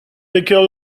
becker